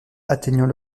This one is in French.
atteignant